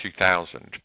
2000